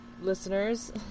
listeners